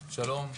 שלום,